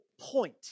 point